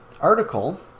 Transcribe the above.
article